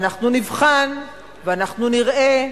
ואנחנו נבחן, ואנחנו נראה.